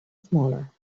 smaller